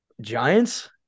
Giants